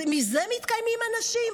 מזה מתקיימים אנשים?